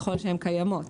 ככל שהן קיימות.